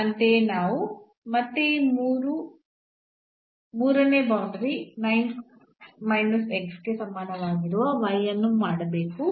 ಅಂತೆಯೇ ನಾವು ಮತ್ತೆ ಈ ಮೂರನೇ ಬೌಂಡರಿ ಗೆ ಸಮಾನವಾಗಿರುವ ಅನ್ನು ಮಾಡಬೇಕು